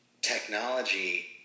technology